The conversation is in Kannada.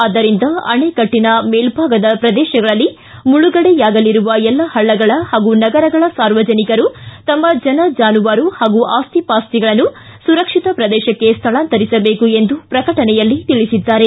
ಆದ್ದರಿಂದ ಅಣೆಕಟ್ಟನ ಮೇಲ್ಲಾಗದ ಪ್ರದೇತಗಳಲ್ಲಿ ಮುಳುಗಡೆಯಾಗಲಿರುವ ಎಲ್ಲ ಹಳ್ಳಗಳ ಹಾಗೂ ನಗರಗಳ ಸಾರ್ವಜನಿಕರು ತಮ್ಮ ಜನ ಜಾನುವಾರು ಹಾಗೂ ಆಸ್ತಿ ಪಾಸ್ತಿಗಳನ್ನು ಸುರಕ್ಷಿತ ಪ್ರದೇಶಕ್ಕೆ ಸ್ಥಳಾಂತರಿಸಬೇಕು ಎಂದು ಪ್ರಕಟಣೆಯಲ್ಲಿ ತಿಳಿಸಿದ್ದಾರೆ